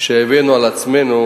שהבאנו על עצמנו